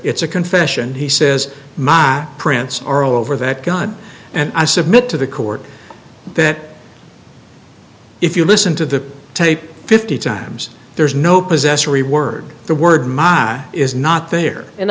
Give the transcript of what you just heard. it's a confession he says my prints are all over that gun and i submit to the court that if you listen to the tape fifty times there's no possessory word the word mama is not there and